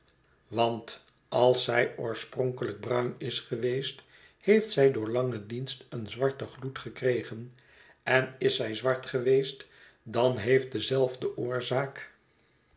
want als zij oorspronkelijk bruin is geweest heeft zj door langen dienst een zwarten gloed gekregen en is zij zwart geweest dan heeft dezelfde oorzaak